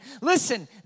Listen